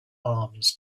arms